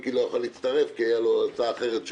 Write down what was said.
מיקי לא יכול היה להצטרף כי הייתה לו הצעה אחרת.